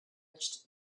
touched